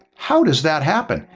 how does that happen?